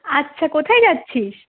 আচ্ছা কোথায় যাচ্ছিস